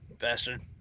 Bastard